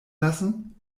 lassen